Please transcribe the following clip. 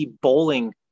bowling